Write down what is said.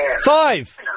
Five